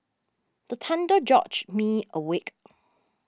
the thunder George me awake